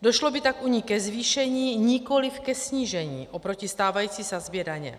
Došlo by tak u ní ke zvýšení, nikoli ke snížení oproti stávající sazbě daně.